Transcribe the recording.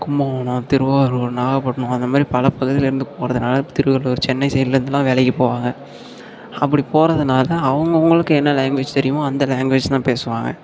கும்பகோணம் திருவாரூர் நாகப்பட்டினம் அந்தமாதிரி பல பகுதிலிருந்து போகிறதுனால திருவள்ளூர் சென்னை சைட்லேருந்துலாம் வேலைக்கு போவாங்க அப்படி போகிறதுனால அவுங்கவங்களுக்கு என்ன லாங்குவேஜ் தெரியுமோ அந்த லாங்குவேஜ் தான் பேசுவாங்க